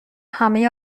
همه